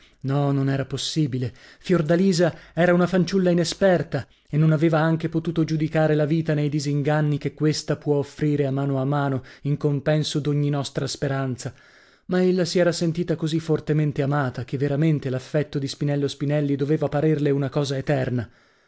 no non era possibile fiordalisa era una fanciulla inesperta e non aveva anche potuto giudicare la vita nei disinganni che questa può offrire a mano a mano in compenso d'ogni nostra speranza ma ella si era sentita così fortemente amata che veramente l'affetto di spinello spinelli doveva parerle una cosa eterna